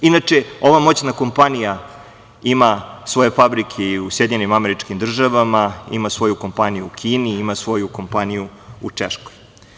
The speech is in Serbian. Inače, ova moćna kompanija ima svoje fabrike i u SAD, ima svoju kompaniju u Kini, ima svoju kompaniju u Češkoj.